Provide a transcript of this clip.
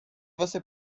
você